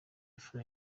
fla